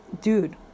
dude